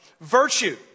Virtue